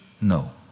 no